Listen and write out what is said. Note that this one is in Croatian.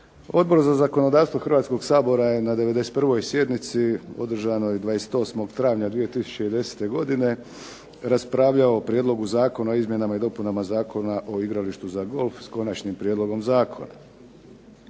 Odbora za zakonodavstvo Hrvatskog sabora je na 91. sjednici održanoj 28. travnja 2010. godine raspravljao o prijedlogu Zakona o izmjenama i dopunama Zakona o igralištu za golf s konačnim prijedlogom zakona.